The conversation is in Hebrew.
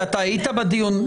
כי אתה היית בדיון,